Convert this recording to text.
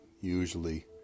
usually